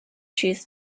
truths